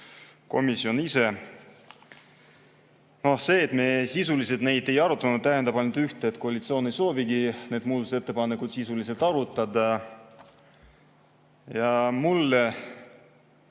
komisjon ise. See, et me sisuliselt neid ei arutanud, tähendab ainult ühte: et koalitsioon ei soovigi neid muudatusettepanekuid sisuliselt arutada. Aga mulle